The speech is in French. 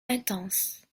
intense